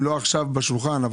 אם לא עכשיו בשולחן,